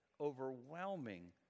overwhelming